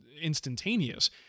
instantaneous